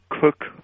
cook